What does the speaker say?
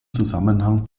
zusammenhang